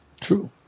True